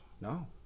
No